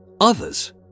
others